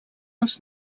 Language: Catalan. als